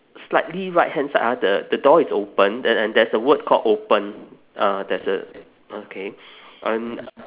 slightly right hand side ah the the door is open and and there's a word called open ah there's a okay and